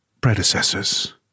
predecessors